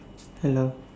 hello